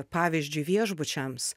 pavyzdžiui viešbučiams